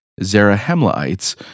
Zarahemlaites